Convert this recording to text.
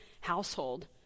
household